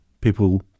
people